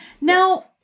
Now